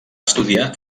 estudiar